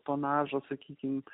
tonažo sakyti